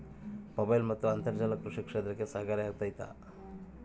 Mobile ಮತ್ತು ಅಂತರ್ಜಾಲ ಕೃಷಿ ಕ್ಷೇತ್ರಕ್ಕೆ ಸಹಕಾರಿ ಆಗ್ತೈತಾ?